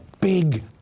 big